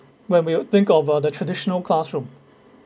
where we would think of uh the traditional classroom